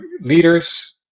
leaders